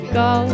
go